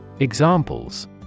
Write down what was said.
Examples